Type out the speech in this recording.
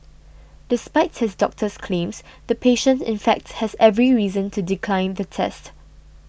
despite his doctor's claims the patient in fact has every reason to decline the test